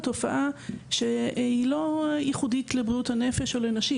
תופעה שהיא לא ייחודית לבריאות הנפש או לנשים,